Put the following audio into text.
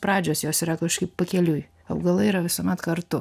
pradžios jos yra kažkaip pakeliui augalai yra visuomet kartu